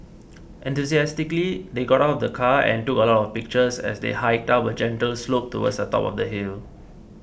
enthusiastically they got out of the car and took a lot of pictures as they hiked up a gentle slope towards the top of the hill